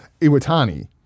Iwatani